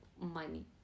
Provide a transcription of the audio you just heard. money